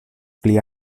pli